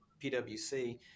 pwc